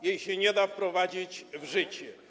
Jej się nie da wprowadzić w życie.